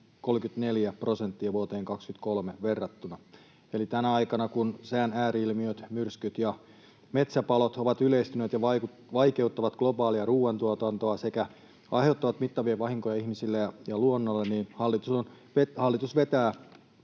34 prosenttia vuoteen 23 verrattuna. Eli tänä aikana, kun sään ääri-ilmiöt, myrskyt ja metsäpalot ovat yleistyneet ja vaikeuttavat globaalia ruoantuotantoa sekä aiheuttavat mittavia vahinkoja ihmisille ja luonnolle, hallitus vetää